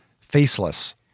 faceless